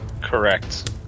Correct